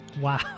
Wow